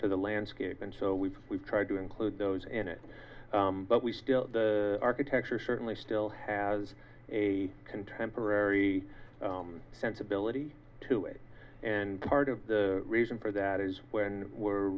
the landscape and so we've we've tried to include those in it but we still architecture certainly still has a contemporary sensibility to it and part of the reason for that is when we're